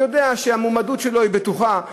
והוא יודע שהמועמדות שלו היא בטוחה,